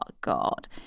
God